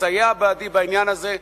יסייע בעדי בעניין הזה,